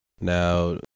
Now